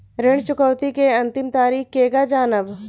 ऋण चुकौती के अंतिम तारीख केगा जानब?